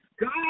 God